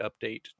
update